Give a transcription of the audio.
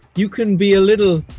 you can be a little,